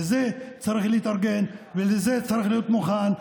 לזה צריך להתארגן ולזה צריך להיות מוכן,